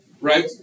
Right